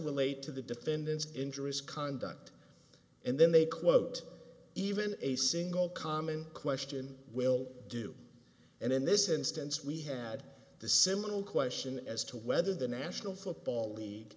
relate to the defendant's injuries conduct and then they quote even a single common question will do and in this instance we had the similar question as to whether the national football league